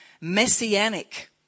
messianic